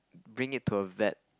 bring it to a vet